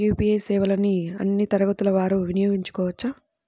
UPI సేవలని అన్నీ తరగతుల వారు వినయోగించుకోవచ్చా?